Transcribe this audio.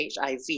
HIV